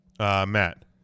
Matt